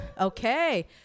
Okay